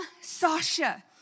Sasha